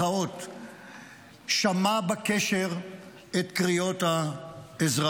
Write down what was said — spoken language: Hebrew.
שמע בקשר את קריאות העזרה,